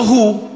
לא הוא,